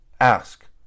ask